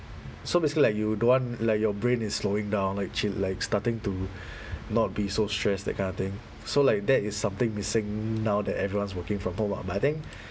so basically like you don't want like your brain is slowing down like chill like starting to not be so stressed that kind of thing so like that is something missing now that everyone's working from home ah but I think